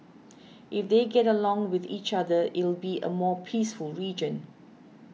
if they get along with each other it'll be a more peaceful region